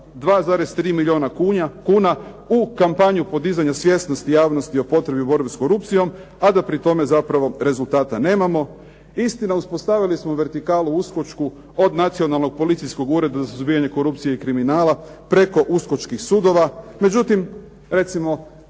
2,3 milijuna kuna u kampanju podizanja svjesnosti javnosti o potrebi borbe s korupcijom a da pri tome zapravo rezultata nemamo. Istina uspostavili smo vertikalu uskočku od nacionalnog policijskog ureda za suzbijanje korupcije i kriminala preko uskočkih sudova.